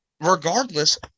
regardless